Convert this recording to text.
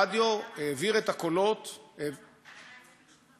הרדיו העביר את הקולות, למה היה צריך מלחמה?